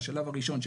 בשלב הראשון,